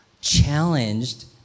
challenged